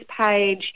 page